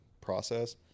process